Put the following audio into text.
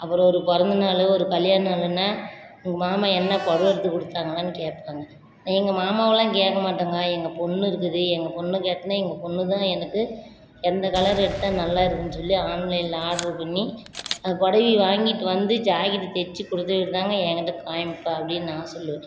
அப்பறம் ஒரு பிறந்த நாள் ஒரு கல்யாண நாளுன்னால் உங்கள் மாமா என்னை புடவ எடுத்து கொடுத்தாங்களான்னு கேட்பாங்க எங்கள் மாமாவெலாம் கேட்க மாட்டேங்க எங்கள் பெண் இருக்குது எங்கள் பொண்னை கேட்டேனா எங்கள் பொண்ணு தான் எனக்கு எந்த கலர் எடுத்தால் நல்லாயிருக்குன்னு சொல்லி ஆன்லைன்ல ஆர்டர் பண்ணி அந்த புடவைய வாங்கிட்டு வந்து ஜாக்கெட் தைச்சி கொடுத்துக்கிட்டு தாங்க எங்ககிட்ட காமிப்பாள் அப்படின்னு நான் சொல்லுவேன்